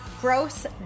Gross